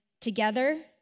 together